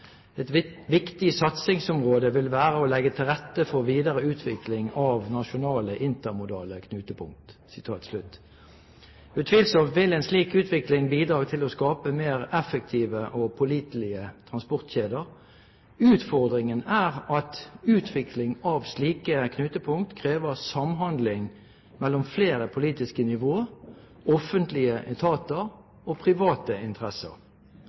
satsingsområde vil være å legge til rette for videre utvikling av nasjonale intermodale knutepunkt». Utvilsomt vil en slik utvikling bidra til å skape mer effektive og pålitelige transportkjeder. Utfordringen er at utvikling av slike knutepunkt krever samhandling mellom flere politiske nivå, offentlige etater og private interesser.